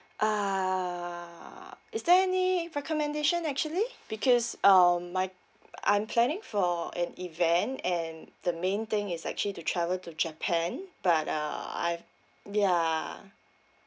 ah is there any recommendation actually because um my I'm planning for an event and the main thing is actually to travel to japan but uh I've yeah